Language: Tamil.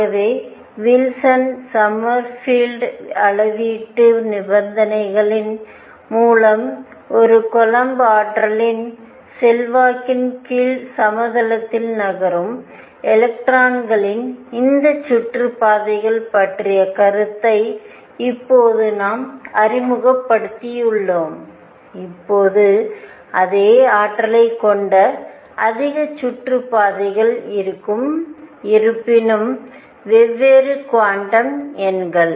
ஆகவே வில்சன் சோமர்ஃபீல்ட் அளவீட்டு நிபந்தனைகளின் மூலம் ஒரு கூலொம்ப் ஆற்றலின் செல்வாக்கின் கீழ் சமதளத்தில் நகரும் எலக்ட்ரான்களின் இந்த சுற்றுப்பாதைகள் பற்றிய கருத்தை இப்போது நாம் அறிமுகப்படுத்தியுள்ளோம் இப்போது அதே ஆற்றலைக் கொண்ட அதிக சுற்றுப்பாதைகள் இருக்கும் இருப்பினும் வெவ்வேறு குவாண்டம் எண்கள்